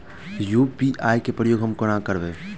UPI केँ प्रयोग हम कोना करबे?